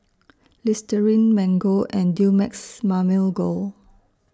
Listerine Mango and Dumex Mamil Gold